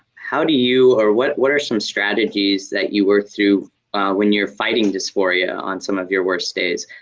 how do you, or what what are some strategies that you were through when you're fighting dysphoria on some of your worst days?